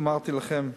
אמרתי לכם: